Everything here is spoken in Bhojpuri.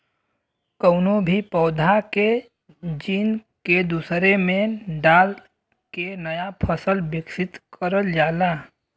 कउनो भी पौधा के जीन के दूसरे में डाल के नया फसल विकसित करल जाला